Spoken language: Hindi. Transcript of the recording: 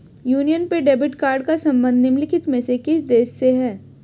यूनियन पे डेबिट कार्ड का संबंध निम्नलिखित में से किस देश से है?